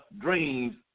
dreams